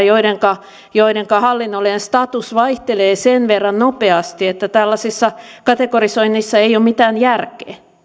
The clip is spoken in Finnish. joidenka joidenka hallinnollinen status vaihtelee sen verran nopeasti että tällaisissa kategorisoinneissa ei ole mitään järkeä